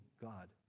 God